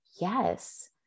yes